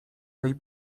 tej